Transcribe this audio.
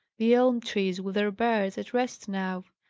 the elm trees with their birds, at rest now.